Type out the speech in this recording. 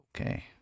okay